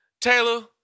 Taylor